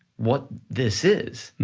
what this is,